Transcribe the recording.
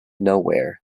nowhere